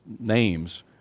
names